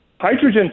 Hydrogen